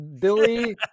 Billy